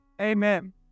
Amen